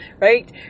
right